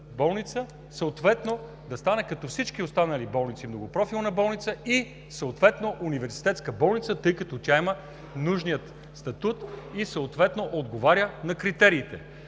болница съответно да стане като всички останали болници – многопрофилна болница и съответно университетска болница, тъй като тя има нужния статут и отговаря на критериите.